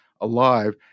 alive